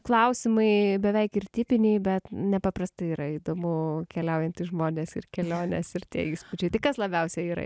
klausimai beveik ir tipiniai bet nepaprastai yra įdomu keliaujantys žmonės ir kelionės ir tie įspūdžiai tai kas labiausiai yra